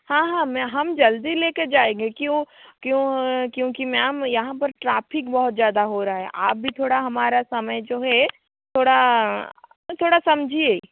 हाँ हाँ मैं हम जल्दी ले कर जाएंगे क्यों क्यों क्योंकि मैम यहाँ पर ट्राफिक बहुत ज़्यादा हो रहा है आप भी थोड़ा हमारा समय जो है थोड़ा थोड़ा समझिए